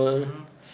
mmhmm